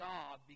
God